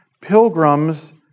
pilgrims